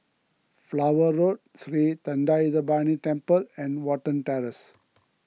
Flower Road Sri thendayuthapani Temple and Watten Terrace